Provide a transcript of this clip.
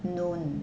noon